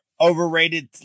overrated